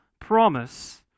promise